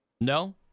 No